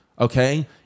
Okay